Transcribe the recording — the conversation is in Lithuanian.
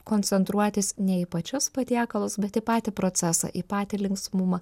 koncentruotis ne į pačius patiekalus bet į patį procesą į patį linksmumą